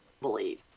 believe